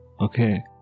okay